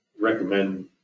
recommend